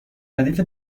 ردیف